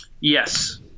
Yes